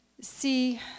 See